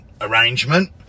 arrangement